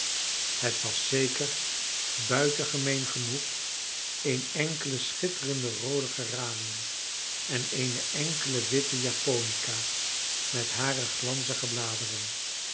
het was zeker buitengemeen genoeg een enkele schitterende roode geranium en eene enkele witte japonica met hare glanzige bladeren